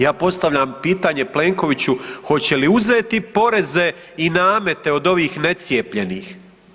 Ja postavljam pitanje Plenkoviću, hoće li uzeti poreze i namete od ovih necijepljenih?